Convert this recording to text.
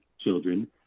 children